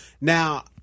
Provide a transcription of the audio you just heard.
Now